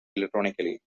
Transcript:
electronically